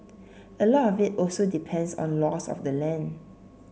a lot of it also depends on laws of the land